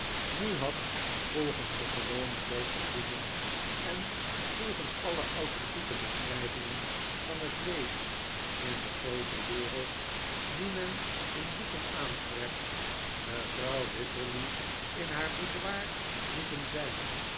nu had volgens den gewonen loop der dingen en volgens alle authentieke beschrijvingen van het leven in de groote wereld die men in boeken aantreft mevrouw wititterly in haar boudoir moeten zijn